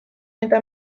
eta